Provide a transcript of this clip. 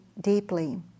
deeply